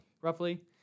Roughly